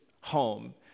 home